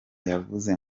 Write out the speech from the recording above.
yavuze